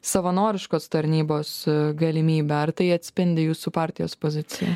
savanoriškos tarnybos galimybę ar tai atspindi jūsų partijos poziciją